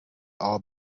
all